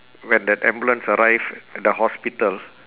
when the ambulance arrived at the hospital